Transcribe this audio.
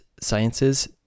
Sciences